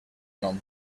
nom